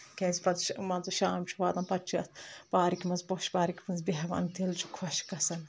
کیازِ پتہٕ چھِ مان ژٕ شام چھُ واتان پتہٕ چھِ اتھ پارکہِ منٛز پوش پارکہِ منٛز بیٚہوان تِلہٕ چھُ خۄش گژھان